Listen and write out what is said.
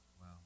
Wow